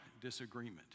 disagreement